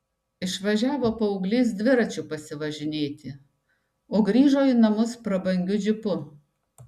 išvažiavo paauglys dviračiu pasivažinėti o grįžo į namus prabangiu džipu